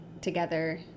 together